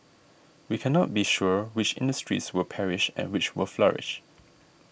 we cannot be sure which industries will perish and which will flourish